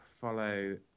follow